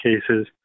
cases